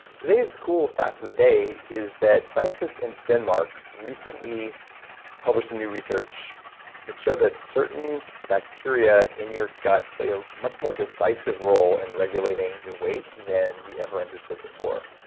today's cool fact of the day is that scientists in denmark recently published some new research that showed that certain bacteria in your gut play a much more decisive role in regulating your weight than we ever understood before,